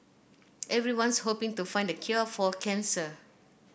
everyone's hoping to find the cure for cancer